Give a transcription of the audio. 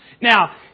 Now